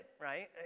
right